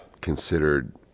considered